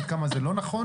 עד כמה זה לא נכון,